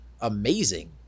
amazing